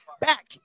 Back